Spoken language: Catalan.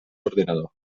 ordinador